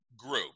group